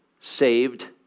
saved